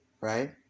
right